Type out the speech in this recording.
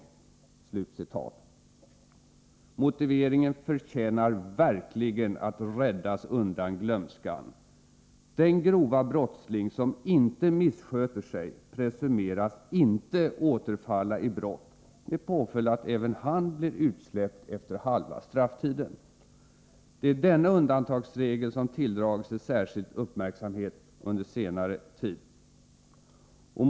Motiveringen förtjänar verkligen att räddas undan glömskan. Den grova brottsling som inte missköter sig presumeras inte återfalla i brott, med påföljd att även han blir utsläppt efter halva strafftiden! Det är denna undantagsregel som tilldragit sig särskild uppmärksamhet under senare tid.